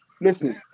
listen